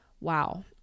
wow